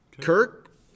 Kirk